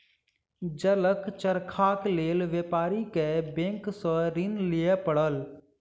जलक चरखाक लेल व्यापारी के बैंक सॅ ऋण लिअ पड़ल